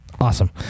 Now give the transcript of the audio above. awesome